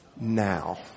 now